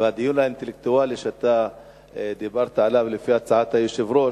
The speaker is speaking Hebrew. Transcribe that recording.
והדיון האינטלקטואלי שאתה דיברת עליו לפי הצעת היושב-ראש,